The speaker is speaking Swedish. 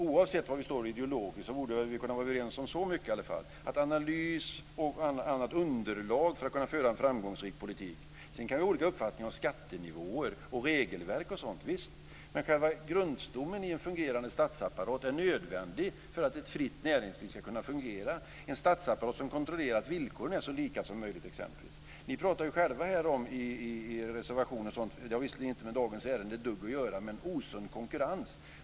Oavsett var vi står ideologiskt borde vi kunna vara överens om så mycket: Analys och sådant är underlag för att kunna föra en framgångsrik politik. Sedan kan vi ha olika uppfattning om skattenivåer, regelverk och sådant - visst. Men själva grundstommen, en fungerande statsapparat, är nödvändig för att ett fritt näringsliv ska kunna fungera, en statsapparat som t.ex. kontrollerar att villkoren är så lika som möjligt. Ni pratar själva i reservationer m.m. - det har visserligen inte ett dugg med dagens ärende att göra - om osund konkurrens.